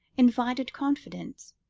invited confidence,